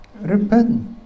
Repent